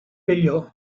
pello